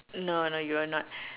no no you are not